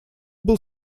был